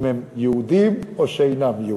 אם הם יהודים או שאינם יהודים.